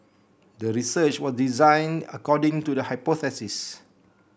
the research was designed according to the hypothesis